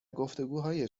گفتگوهای